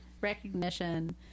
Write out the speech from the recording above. recognition